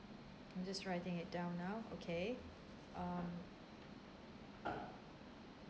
I'm just writing it down now okay um